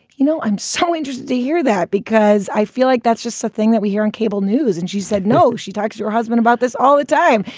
you know, i'm so interested to hear that because i feel like that's just something that we hear on cable news. and she said, no, she talks to her husband about this all the time.